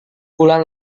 bulan